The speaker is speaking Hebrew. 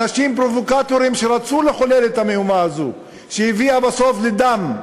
אנשים פרובוקטורים שרצו לחולל את המהומה הזו שהביאה בסוף לדם.